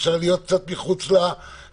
אפשר להיות קצת מחוץ לקופסה.